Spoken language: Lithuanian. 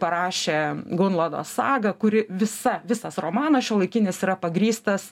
parašė gunlado sagą kuri visa visas romanas šiuolaikinis yra pagrįstas